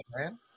man